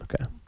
Okay